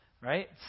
Right